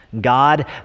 God